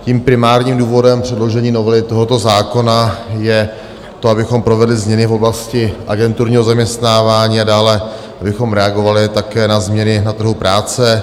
Tím primárním důvodem předložení novely tohoto zákona je to, abychom provedli změny v oblasti agenturního zaměstnávání a dále abychom reagovali také na změny na trhu práce.